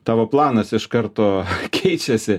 tavo planas iš karto keičiasi